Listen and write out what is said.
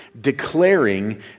Declaring